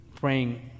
praying